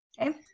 Okay